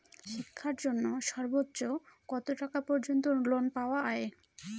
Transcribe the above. শিক্ষার জন্য সর্বোচ্চ কত টাকা পর্যন্ত লোন পাওয়া য়ায়?